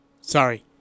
Sorry